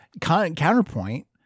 counterpoint